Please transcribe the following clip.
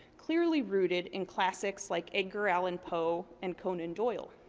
clearly rooted in classics like edgar allen poe and conan doyle.